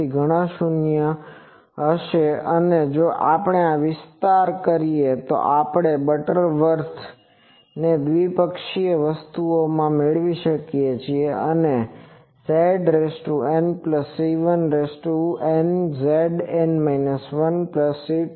તેથી ઘણાં શૂન્ય અને જો આપણે આનો વિસ્તાર કરીએ તો આપણે તે બટરવર્થ ને દ્વિપક્ષી વસ્તુમાં મેળવીએ છીએ અને તે ƵNC1NƵN 1C2NƵN 2